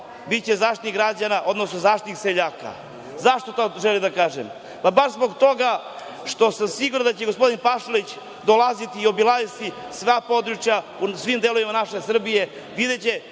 biće Zaštitnik građana, odnosno zaštitnik seljaka.Zašto to želim da kažem? Zbog toga što sam siguran da će gospodin Pašalić dolaziti i obilaziti sva područja u svim delovima naše Srbije, videće